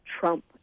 Trump